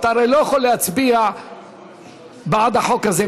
אתה הרי לא יכול להצביע בעד החוק הזה,